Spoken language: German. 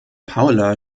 paula